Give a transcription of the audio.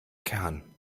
kern